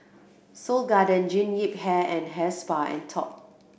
Seoul Garden Jean Yip Hair and Hair Spa and Top